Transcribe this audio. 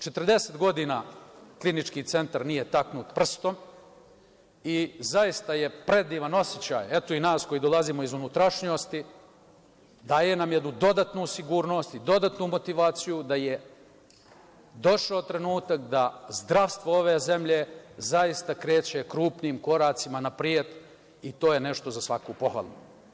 Četrdeset godina Klinički Centar nije taknut prstom i zaista je predivan osećaj, eto i nas koji dolazimo iz unutrašnjosti, daje nam jednu dodatnu sigurnost i dodatnu motivaciju da je došao trenutak da zdravstvo ove zemlje zaista kreće krupnim koracima napred i to je nešto za svaku pohvalu.